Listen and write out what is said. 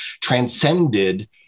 transcended